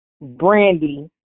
Brandy